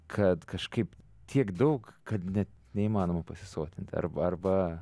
kad kažkaip tiek daug kad net neįmanoma pasisotint arba arba